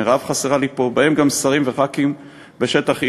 מרב חסרה לי פה, בהם גם שרים וחברי כנסת, בשטח E1,